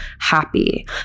happy